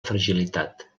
fragilitat